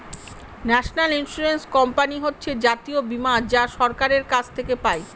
national insurance company হচ্ছে জাতীয় বীমা যা সরকারের কাছ থেকে পাই